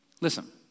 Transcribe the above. listen